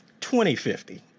2050